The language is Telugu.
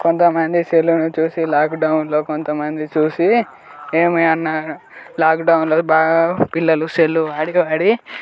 కొంతమంది సెల్లును చూసి లాక్డౌన్లో కొంతమంది చూసి ఏమి అన్నా లాక్డౌన్లో బాగా పిల్లలు సెల్లు వాడి వాడి